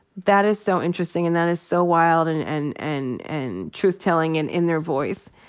that is so interesting. and that is so wild. and and and and truth telling and in their voice.